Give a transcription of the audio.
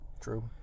True